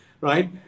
right